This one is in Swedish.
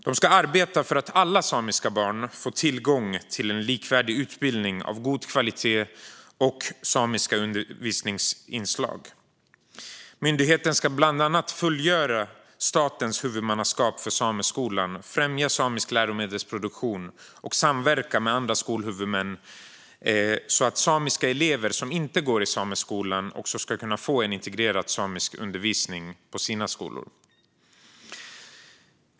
Man ska arbeta för att alla samiska barn ska få tillgång till en likvärdig utbildning av god kvalitet med samiska undervisningsinslag. Myndigheten ska bland annat fullgöra statens huvudmannaskap för sameskolan, främja samisk läromedelsproduktion och samverka med andra skolhuvudmän, så att samiska elever som inte går i sameskolan också ska kunna få undervisning med samiska inslag.